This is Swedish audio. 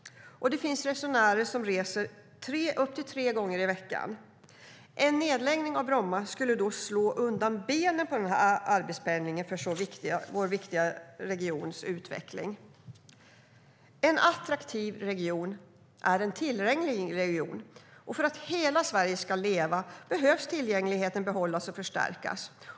Det finns resenärer som reser upp till tre gånger i veckan. En attraktiv region är en tillgänglig region. För att hela Sverige ska leva behöver tillgängligheten behållas och förstärkas.